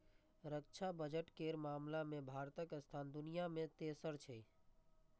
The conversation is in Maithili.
रक्षा बजट केर मामला मे भारतक स्थान दुनिया मे तेसर छै